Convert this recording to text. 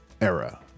era